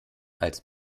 als